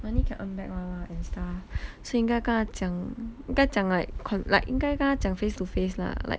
money can earn back [one] mah and stuff 是应该跟他讲应该讲 like cause like 应该跟他讲 face to face lah like